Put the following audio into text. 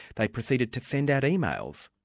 they proceeded to send out emails,